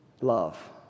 love